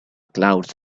clouds